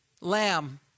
lamb